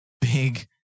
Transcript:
big